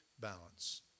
balance